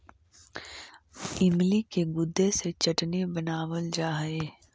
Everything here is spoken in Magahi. इमली के गुदे से चटनी बनावाल जा हई